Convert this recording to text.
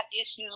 issues